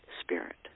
spirit